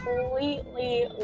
completely